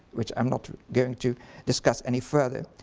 which i'm not going to discuss any further.